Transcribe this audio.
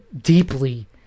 deeply